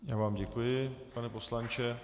Já vám děkuji, pane poslanče.